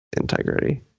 integrity